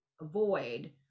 avoid